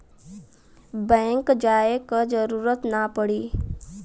bank जाये क जरूरत ना पड़ी